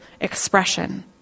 expression